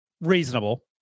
reasonable